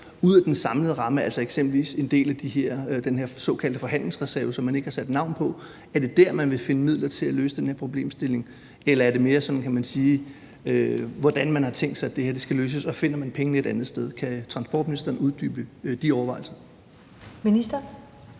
ud af den samlede ramme og f.eks. bruge en del af den her såkaldte forhandlingsreserve, som man ikke har sat navn på? Er det der, man vil finde midler til at løse den her problemstilling – eller hvordan har man tænkt sig, at der her skal løses, og finder man pengene et andet sted? Kan transportministeren uddybe de overvejelser? Kl.